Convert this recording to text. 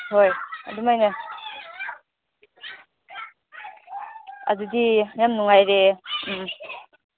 ꯍꯣꯏ ꯑꯗꯨꯃꯥꯏꯅ ꯑꯗꯨꯗꯤ ꯌꯥꯝ ꯅꯨꯡꯉꯥꯏꯔꯦ ꯎꯝ ꯎꯝ